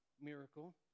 Miracle